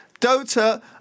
Dota